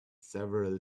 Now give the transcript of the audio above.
several